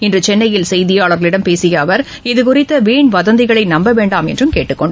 இன்று சென்னையில் செய்தியாளர்களிடம் பேசிய அவர் இதுகுறித்த வீண் வதந்திகளை நம்பவேண்டாம் என்றும் கேட்டுக்கொண்டார்